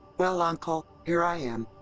well uncle, here i am.